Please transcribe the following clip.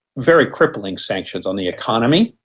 very crippling sanctions on the economy,